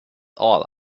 all